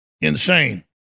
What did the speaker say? insane